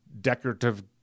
decorative